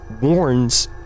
warns